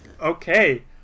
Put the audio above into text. Okay